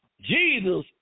Jesus